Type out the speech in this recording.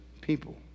people